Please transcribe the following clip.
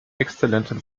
exzellentem